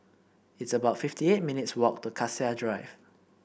it's about fifty eight minutes' walk to Cassia Drive